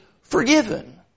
forgiven